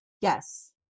Yes